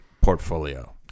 portfolio